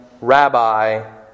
Rabbi